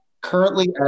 currently